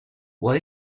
what